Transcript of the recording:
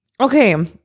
Okay